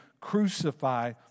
crucify